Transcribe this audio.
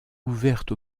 ouverte